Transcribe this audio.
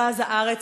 מרכז הארץ,